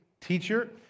teacher